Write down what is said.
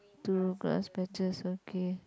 two grass patches okay